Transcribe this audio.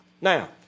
Now